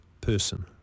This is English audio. person